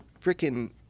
freaking